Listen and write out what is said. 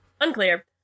Unclear